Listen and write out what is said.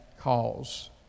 cause